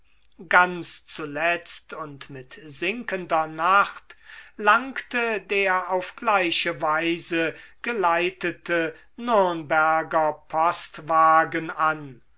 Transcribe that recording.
ganz zuletzt und mit sinkender nacht langte der auf gleiche weise geleitete nürnberger postwagen an